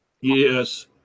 Yes